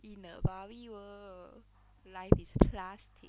in a barbie world life is plastic